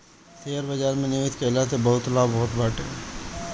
share बाजार में निवेश कईला से बहुते लाभ होत बाटे